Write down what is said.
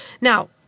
Now